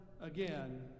again